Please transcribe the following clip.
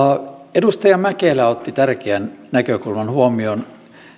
edustaja mäkelä otti tärkeän näkökulman huomioon